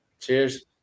Cheers